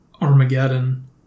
Armageddon